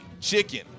chicken